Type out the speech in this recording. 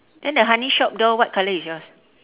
then the honey shop door what colour is yours